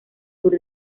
sur